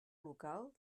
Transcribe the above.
local